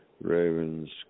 Ravens